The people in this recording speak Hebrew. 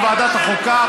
ותעבור לוועדת החוקה,